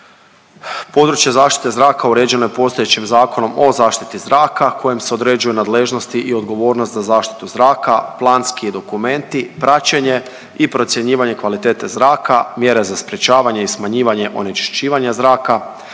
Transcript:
Područje zaštite zraka uređeno je postojećim Zakonom o zaštiti zraka kojim se određuje nadležnost i odgovornost za zaštitu zraka, planski dokumenti, praćenje i procjenjivanje kvalitete zraka, mjere za sprječavanje i smanjivanje onečišćivanja zraka,